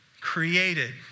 created